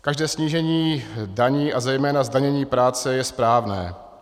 Každé snížení daní a zejména zdanění práce je správné.